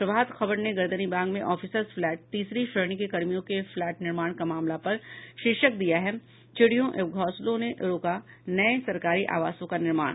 प्रभात खबर ने गर्दनीबाग में officers flat तीसरी श्रेणी के कर्मियों के फ्लैट निर्माण का मामला पर शीर्षक दिया है चिड़ियों व घोंसलों ने रोका नये सरकारी आवासों का निर्माण